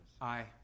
Aye